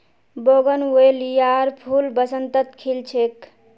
बोगनवेलियार फूल बसंतत खिल छेक